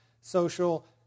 social